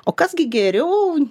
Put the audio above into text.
o kas gi geriau